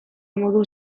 modu